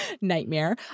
nightmare